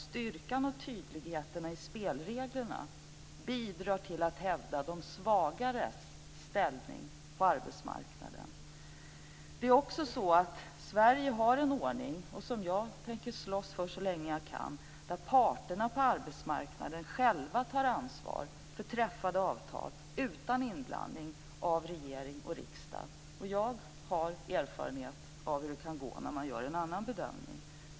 Styrkan och tydligheten i spelreglerna bidrar till att hävda de svagares ställning på arbetsmarknaden. Sverige har en ordning där parterna på arbetsmarknaden själva tar ansvar för träffade avtal utan inblandning av regering och riksdag, och den tänker jag slåss för så länge jag kan. Jag har erfarenhet av hur det kan gå när man gör en annan bedömning.